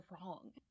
wrong